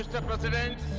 mr. president.